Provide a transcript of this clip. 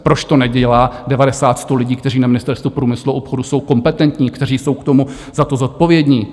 Proč to nedělá devadesát, sto lidí, kteří na Ministerstvu průmyslu a obchodu jsou kompetentní, kteří jsou za to zodpovědní?